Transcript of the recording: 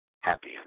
happy